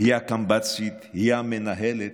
היא הקמב"צית, היא המנהלת,